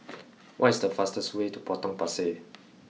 what is the fastest way to Potong Pasir